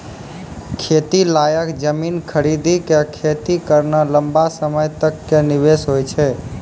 खेती लायक जमीन खरीदी कॅ खेती करना लंबा समय तक कॅ निवेश होय छै